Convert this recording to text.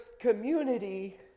community